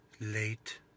late